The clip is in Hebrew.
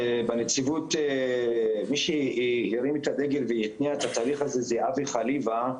בנציבות מי שהרים את הדגל והתניע את התהליך הזה זה אבי חליבה,